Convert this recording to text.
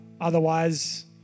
Otherwise